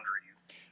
boundaries